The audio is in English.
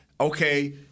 okay